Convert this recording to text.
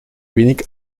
wenig